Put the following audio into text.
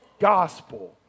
gospel